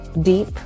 deep